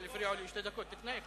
אבל הפריעו לי שתי דקות לפני.